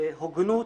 הוגנות,